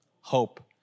hope